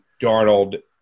Darnold